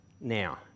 Now